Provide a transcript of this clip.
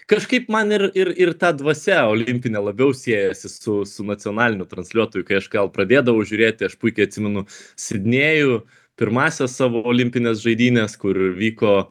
kažkaip man ir ir ir ta dvasia olimpinė labiau siejasi su su nacionaliniu transliuotoju kai aš gal pradėdavau žiūrėti aš puikiai atsimenu sidnėjų pirmąsias savo olimpines žaidynes kur vyko